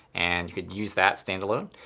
and you could use that standalone.